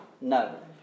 No